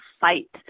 fight